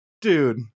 Dude